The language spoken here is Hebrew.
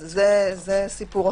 זה סיפור אחר.